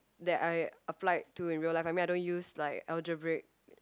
that I applied to in real life I mean I don't use like algebraic